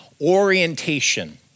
orientation